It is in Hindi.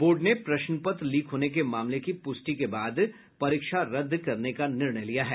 बोर्ड ने प्रश्न पत्र लीक होने के मामले की प्रष्टि के बाद परीक्षा को रद्द करने का निर्णय लिया है